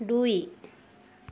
দুই